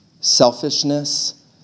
selfishness